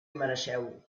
mereixeu